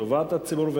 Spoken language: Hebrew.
טובת הציבור,